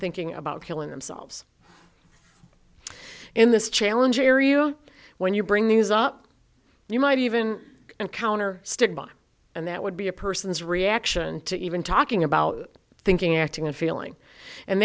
thinking about killing themselves in this challenge area when you bring these up you might even encounter stigma and that would be a person's reaction to even talking about thinking acting and feeling and